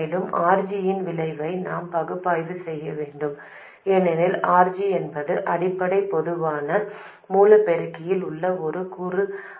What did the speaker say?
மேலும் RG இன் விளைவை நாம் பகுப்பாய்வு செய்ய வேண்டும் ஏனெனில் RG என்பது அடிப்படை பொதுவான மூல பெருக்கியில் உள்ள ஒரு கூறு அல்ல